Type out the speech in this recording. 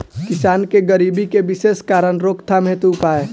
किसान के गरीबी के विशेष कारण रोकथाम हेतु उपाय?